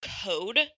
code